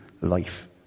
life